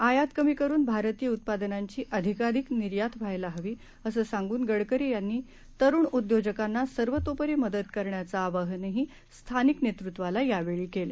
आयात कमी करुन भारतीय उत्पादनांची अधिकाधिक निर्यात व्हायला हवी असं सांगून गडकरी यांनी तरुण उद्योजकांना सर्वतोपरी मदत करण्याचं आवाहनही स्थानिक नेतृत्वाला यावेळी केलं